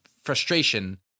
frustration